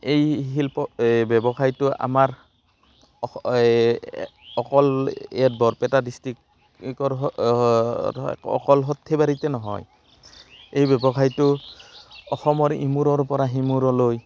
এই শিল্প ব্যৱসায়টো আমাৰ অস এই অকল ইয়াত বৰপেটা ডিষ্ট্ৰিকৰ হয় অকল সৰ্থেবাৰীতে নহয় এই ব্যৱসায়টো অসমৰ ইমূৰৰ পৰা সিমূৰলৈ